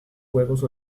juegos